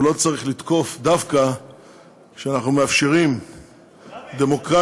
לא צריך לתקוף דווקא כשאנחנו מאפשרים דמוקרטיה,